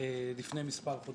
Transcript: לפני כמה חודשים.